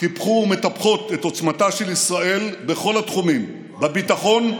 טיפחו ומטפחות את עוצמתה של ישראל בכל התחומים: בביטחון,